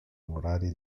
murarie